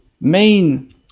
main